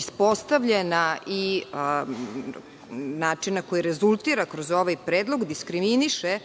ispostavljena, način na koji rezultira kroz ovaj predlog, diskriminiše